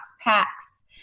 packs